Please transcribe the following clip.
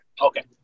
Okay